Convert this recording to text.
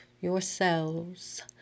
yourselves